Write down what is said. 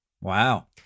Wow